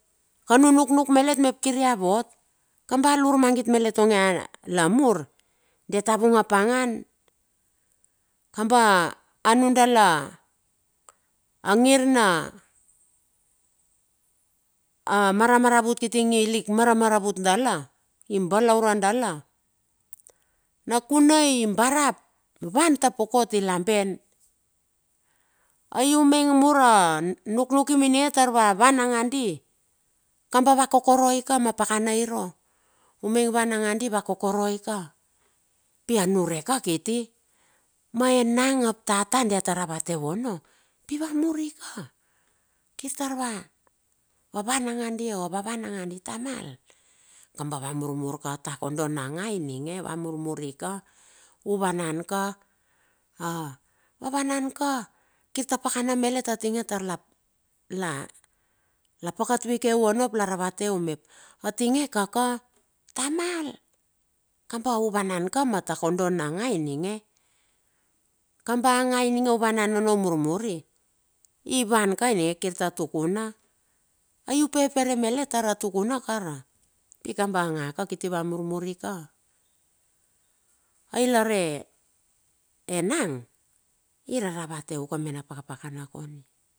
Kan u nuknuk malet mep kir ia vot. kamba al urmagit malet onge alamur. dia ta vung apangan. Kamba nundala angir na, a maramaravat kiti ing i lik maramavavut dala, i balaure dala, na kuna imbarap, ivan tapokot i lamben. Ai u maing mur a nuknukim ininge tar va van nagandi. Kamba va kokoroi ka ma pakana iro. umaing van nagandi, va kokoroi ka. Pi a niurek ka kiti, ma enang mep tata dia tar ravate u ono, pi va mur ka, kir tar va van nagandi o va van nagandi tamal. Kamba va murmur ka takondo na nga ininge va murmur ika, uvanan ka. a va wanan ka, kirta pakana malet a tinge tar la la la pakat vike u ono ap la ravate u mep, a tinge kaka, tamal, kamba u vanan ka ma takondo na nga ininge. Kamba nga ininge uvanan ono u murmur i, i van ka ininge kir ta tukuna. Ai upepere malet tar a tukuna kara? Pi kamba nga ka kiti va murmur ika. Ai lar e, enang, iraravateu ka me na pakapakana kondi.